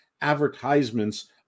advertisements